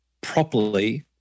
properly